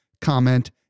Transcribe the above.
comment